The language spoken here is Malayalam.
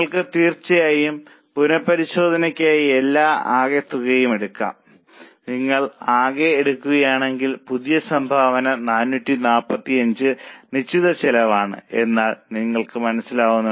നിങ്ങൾക്ക് തീർച്ചയായും പുനപരിശോധനയ്ക്കായി എല്ലാ ആകെ തുകകളും എടുക്കാം നിങ്ങൾ ആകെ എടുക്കുകയാണെങ്കിൽ പുതിയ സംഭാവന 445 നിശ്ചിത ചെലവാണ് എന്ന് നിങ്ങൾക്ക് മനസ്സിലാകും